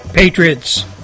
Patriots